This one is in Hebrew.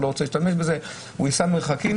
הוא לא רוצה להשתמש בזה וייסע מרחקים